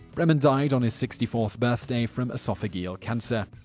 bremen died on his sixty fourth birthday from esophageal cancer.